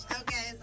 Okay